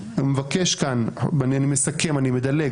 אני מסכם ומדלג,